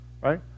right